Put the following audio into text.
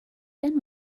then